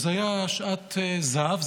הייתה שעת זה"ב,